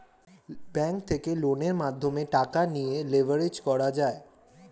bank থেকে লোনের মাধ্যমে টাকা নিয়ে লেভারেজ করা যায়